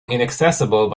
inaccessible